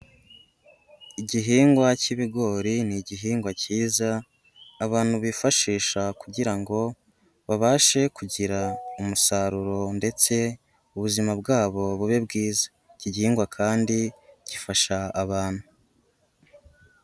Igihingwa cy'ibigori, ni igihingwa cyiza, abantu bifashisha kugira ngo babashe kugira umusaruro ndetse ubuzima bwabo bube bwiza. Iki gihingwa kandi gifasha abantu.